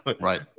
Right